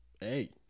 hey